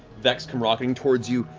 vax come rocketing towards you,